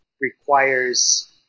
requires